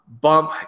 bump